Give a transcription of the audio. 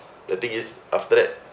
the thing is after that